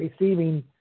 receiving